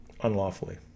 unlawfully